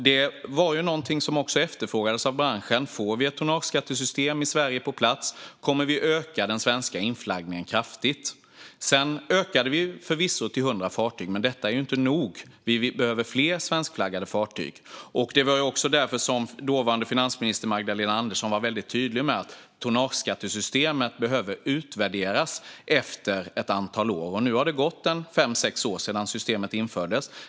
Det efterfrågades också av branschen. Man sa att om vi skulle få ett tonnageskattesystem på plats i Sverige skulle det öka den svenska inflaggningen kraftigt. Den ökade förvisso till 100 fartyg. Men det är inte nog. Vi behöver fler svenskflaggade fartyg. Det var också därför som dåvarande finansministern, Magdalena Andersson, var tydlig med att tonnageskattesystemet skulle behöva utvärderas efter ett antal år. Nu har det gått fem sex år sedan systemet infördes.